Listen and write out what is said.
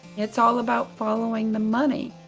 it's all about following the money.